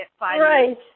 Right